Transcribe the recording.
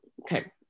okay